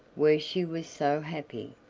where she was so happy,